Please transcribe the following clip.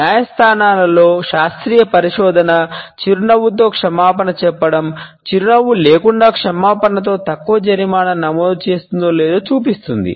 న్యాయస్థానాలలో శాస్త్రీయ పరిశోధన చిరునవ్వుతో క్షమాపణ చెప్పడం చిరునవ్వు లేకుండా క్షమాపణతో తక్కువ జరిమానాను నమోదు చేస్తుందో లేదో చూపిస్తుంది